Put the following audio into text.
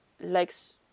likes